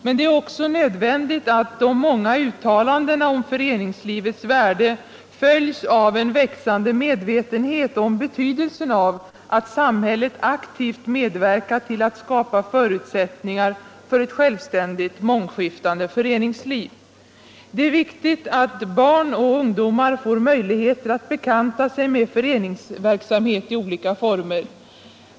Men det är också nödvändigt att de många uttalandena om föreningslivets värde följs av en växande medvetenhet om betydelsen av att samhället aktivt medverkar till att skapa förutsättningar för ett självständigt, mångskiftande föreningsliv. Det är viktigt att barn och ungdomar får möjligheter att bekanta sig med föreningsverksamhet i olika former.